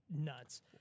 nuts